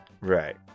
right